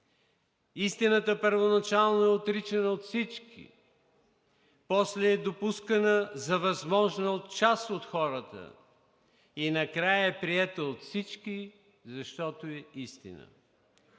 „Истината първоначално е отричана от всички, после е допускана за възможна от част от хората и накрая е приета от всички, защото е истина.“